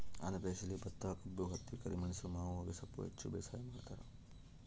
ಆಂಧ್ರ ಪ್ರದೇಶದಲ್ಲಿ ಭತ್ತಕಬ್ಬು ಹತ್ತಿ ಕರಿಮೆಣಸು ಮಾವು ಹೊಗೆಸೊಪ್ಪು ಹೆಚ್ಚು ಬೇಸಾಯ ಮಾಡ್ತಾರ